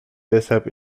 deshalb